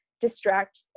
distract